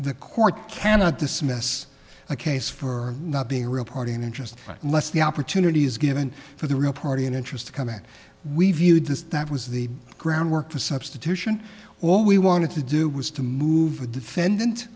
the court cannot dismiss a case for not being a real party in interest unless the opportunity is given for the real party in interest to come in we viewed this that was the groundwork for substitution all we wanted to do was to move the defendant